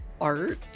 art